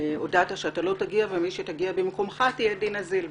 הודעת שלא תגיע ומי שתגיע במקומך תהיה דינה זילבר.